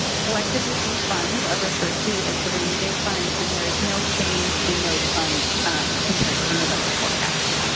collectively these funds are referred to as the rainy day fund and there's no change in those funds compared to the november forecast.